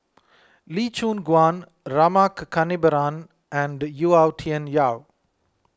Lee Choon Guan Rama Kannabiran and Yau Tian Yau